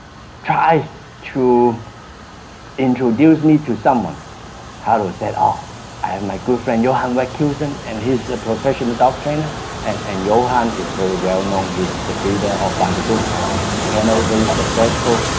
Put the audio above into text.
try to introduce me to someone haruo said ah i have my good friend johan weckhuyzen and he's the professional dog trainer and and johan is very well-known he's the breeder of van de duvetorre kennel very successful,